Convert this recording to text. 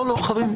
לא, לא, חברים.